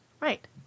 Right